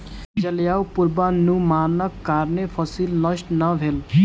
जलवायु पूर्वानुमानक कारणेँ फसिल नष्ट नै भेल